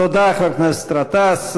תודה, חבר הכנסת גטאס.